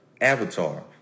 avatar